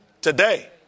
Today